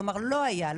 כלומר לא היה,